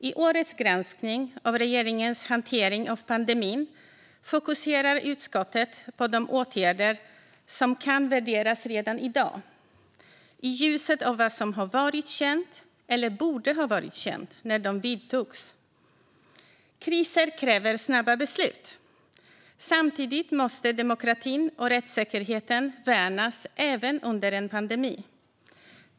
I årets granskning av regeringens hantering av pandemin fokuserar utskottet på de åtgärder som kan värderas redan i dag i ljuset av vad som var känt, eller borde ha varit känt, när de vidtogs. Kriser kräver snabba beslut. Samtidigt måste demokratin och rättssäkerheten värnas även under en pandemi.